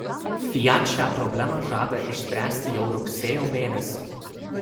fiat šią problemą žada išspręsti jau rugsėjo mėnesį